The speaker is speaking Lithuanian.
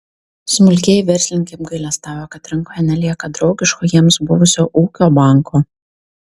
smulkieji verslininkai apgailestauja kad rinkoje nelieka draugiško jiems buvusio ūkio banko